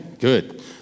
good